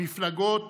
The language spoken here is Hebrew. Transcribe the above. מפלגות